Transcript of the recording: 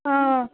অঁ